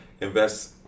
invest